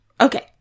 okay